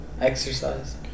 exercise